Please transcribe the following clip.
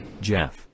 Jeff